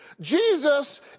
Jesus